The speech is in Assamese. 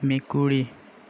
মেকুৰী